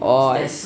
oh